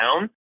down